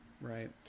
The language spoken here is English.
Right